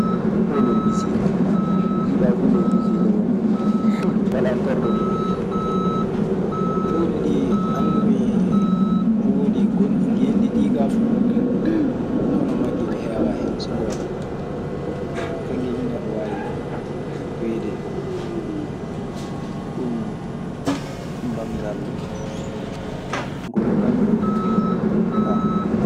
Poolel misiiide. Nde njiiɗaa fu ley misiide woni. Walaa torla du. Pooli ɗi anndumi, pooli gonɗi genɗi ɗii kaa fu. Hono maggel heewaa hen, so ngoonga. Kanngel nii neɗɗo waawi wiide ɗum banngal ngol lanndol kaa.